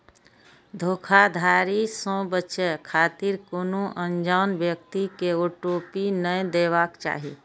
धोखाधड़ी सं बचै खातिर कोनो अनजान व्यक्ति कें ओ.टी.पी नै देबाक चाही